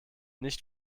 nicht